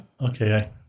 Okay